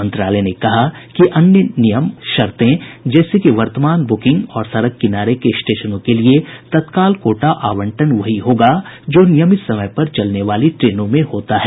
मंत्रालय ने कहा कि अन्य नियम और शर्ते जैसे कि वर्तमान बुकिंग और सड़क किनारे के स्टेशनों के लिए तत्काल कोटा आवंटन वही होगा जो नियमित समय पर चलने वाली ट्रेनों में होता है